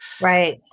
Right